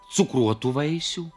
cukruotų vaisių